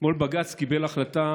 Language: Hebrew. אתמול בג"ץ קיבל החלטה